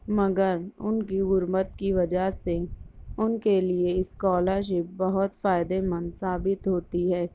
مگر ان کی غربت کی وجہ سے ان کے لیے اسکالرشپ بہت فائدے مند ثابت ہوتی ہے